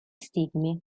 stigmi